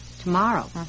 Tomorrow